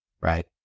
right